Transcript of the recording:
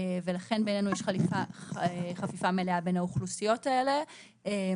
ולכן בעינינו יש חפיפה מלאה בין האוכלוסיות האלה.